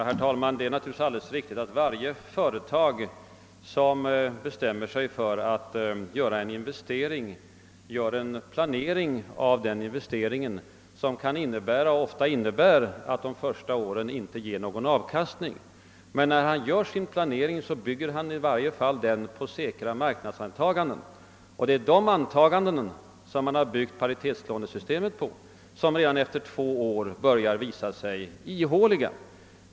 Herr talman! Det är naturligtvis alldeles riktigt att varje företag som bestämmer sig för att göra en investering företar en planering av investeringen i fråga som kan innebära, och som också ofta gör det, att de första åren inte ger någon avkastning. Men planeringen grundas i alla fall på säkra marknadsantaganden, analyser och prognoser, som gör att projektet går ihop. De antaganden paritetslånesystemet byggts på har redan efter två år börjat visa sig ihåliga.